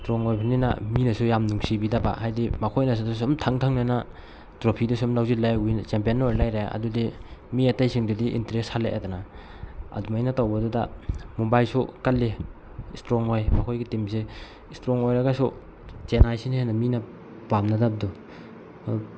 ꯏꯁꯇ꯭ꯔꯣꯡ ꯑꯣꯏꯕꯅꯤꯅ ꯃꯤꯅꯁꯨ ꯌꯥꯝ ꯅꯨꯡꯁꯤꯕꯗꯕ ꯍꯥꯏꯗꯤ ꯃꯈꯣꯏꯅꯁꯨ ꯑꯗ ꯁꯨꯝ ꯊꯪꯅ ꯊꯪꯅꯅ ꯇ꯭ꯔꯣꯐꯤꯗꯣ ꯁꯨꯝ ꯂꯧꯁꯤꯜꯂꯦ ꯋꯤꯟ ꯆꯦꯝꯄꯤꯌꯟ ꯑꯣꯏꯔ ꯂꯩꯔꯦ ꯑꯗꯨꯗꯤ ꯃꯤ ꯑꯩꯇꯩꯁꯤꯡꯗꯨꯗꯤ ꯏꯟꯇꯔꯦꯁ ꯍꯜꯂꯛꯑꯦꯗꯅ ꯑꯗꯨꯃꯥꯏꯅ ꯇꯧꯕꯗꯨꯗ ꯃꯨꯝꯕꯥꯏꯁꯨ ꯀꯜꯂꯤ ꯏꯁꯇ꯭ꯔꯣꯡ ꯑꯣꯏ ꯃꯈꯣꯏꯒꯤ ꯇꯤꯝꯁꯦ ꯏꯁꯇ꯭ꯔꯣꯡ ꯑꯣꯏꯔꯒꯁꯨ ꯆꯦꯟꯅꯥꯏꯁꯤꯅ ꯍꯦꯟꯅ ꯃꯤꯅ ꯄꯥꯝꯅꯗꯕꯗꯨ ꯑꯗꯨ